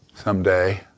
Someday